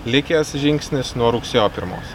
likęs žingsnis nuo rugsėjo pirmos